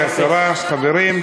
הדברים.